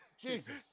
Jesus